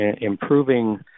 improving